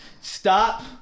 Stop